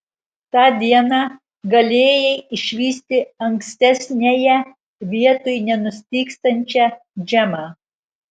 tą dieną galėjai išvysti ankstesniąją vietoj nenustygstančią džemą